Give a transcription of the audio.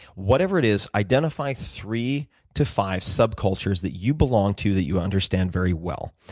whatever it is identify three to five subcultures that you belong to that you understand very well.